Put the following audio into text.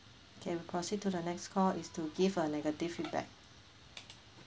okay we proceed to the next call it's to give a negative feedback